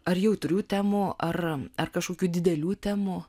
ar jautrių temų ar ar kažkokių didelių temų